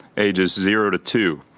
ages zero to two.